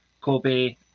Kobe